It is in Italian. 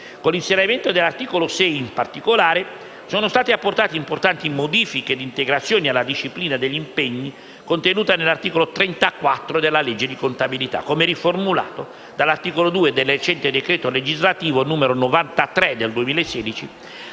Con l'inserimento dell'articolo 6, in particolare, sono state apportate importanti modificazioni e integrazioni alla disciplina degli impegni contenuta nell'articolo 34 della legge di contabilità, come riformulato dall'articolo 2 del recente decreto legislativo n. 93 del 2016,